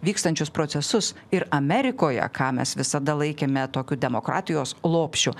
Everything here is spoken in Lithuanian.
vykstančius procesus ir amerikoje ką mes visada laikėme tokiu demokratijos lopšiu